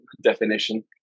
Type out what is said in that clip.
definition